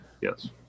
Yes